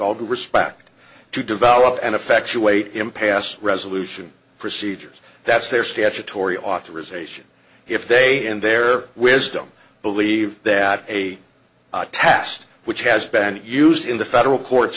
all due respect to develop and effectuate impasse resolution procedures that's their statutory authorization if they and their wisdom believe that a test which has been used in the federal courts